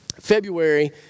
February